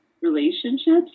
relationships